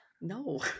No